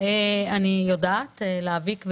אני יודעת להאביק,